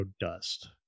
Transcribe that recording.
dust